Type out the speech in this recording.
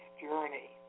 journey